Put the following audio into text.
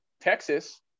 Texas